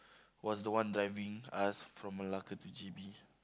was the one driving us from Malacca to J_B